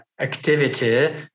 activity